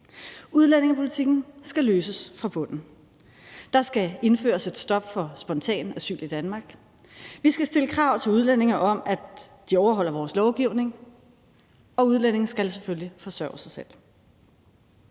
Udlændingepolitikken skal løses fra bunden. Der skal indføres et stop for spontant asyl i Danmark, vi skal stille krav til udlændinge om, at de overholder vores lovgivning, og udlændinge skal selvfølgelig forsørge sig selv.